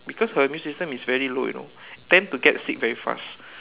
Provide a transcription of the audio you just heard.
because her immune system is very low you know tend to get sick very fast